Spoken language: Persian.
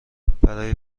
برای